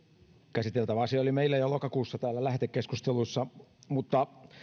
käsiteltävä asia oli meillä jo lokakuussa täällä lähetekeskustelussa mutta